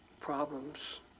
problems